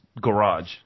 garage